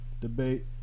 debate